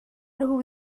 nhw